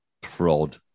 prod